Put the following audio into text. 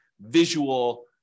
visual